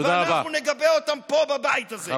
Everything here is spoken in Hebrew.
ואנחנו נגבה אותם פה בבית הזה.